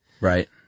Right